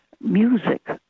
music